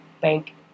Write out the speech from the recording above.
bank